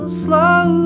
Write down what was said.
slow